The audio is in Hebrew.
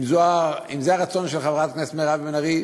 אם זה הרצון של חברת הכנסת מירב בן ארי,